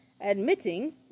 Admitting